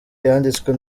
yanditswe